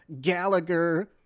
Gallagher